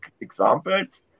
examples